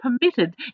permitted